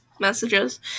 messages